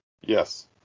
Yes